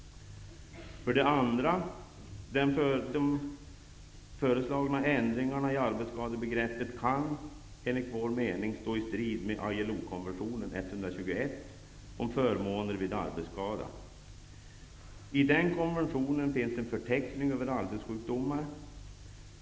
För det andra: De föreslagna ändringarna i arbetsskadebegreppet kan stå i strid med ILO den konventionen finns en förteckning över arbetssjukdomar.